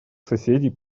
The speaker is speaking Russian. соседей